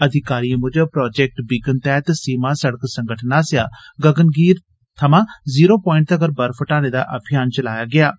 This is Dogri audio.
अधिकारियें मुजब प्रोजैक्ट बीकन तैहत सीमा सड़क संगठन आस्सेया गगनगीर थमां जोरो प्वाईट तक्कर बर्फ हटाने दा अभियान चलाया गेया हा